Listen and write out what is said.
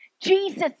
Jesus